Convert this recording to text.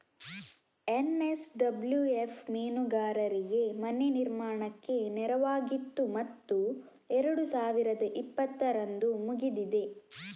NSWF ಮೀನುಗಾರರಿಗೆ ಮನೆ ನಿರ್ಮಾಣಕ್ಕೆ ನೆರವಾಗಿತ್ತು ಮತ್ತು ಎರಡು ಸಾವಿರದ ಇಪ್ಪತ್ತರಂದು ಮುಗಿದಿದೆ